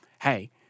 hey